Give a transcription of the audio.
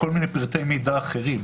כל מיני פרטי מידע אחרים.